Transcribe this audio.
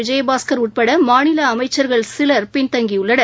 விஜயபாஸ்கர் உட்பட மாநில அமைச்சர்கள் சிலர் பின்தங்கியுள்ளனர்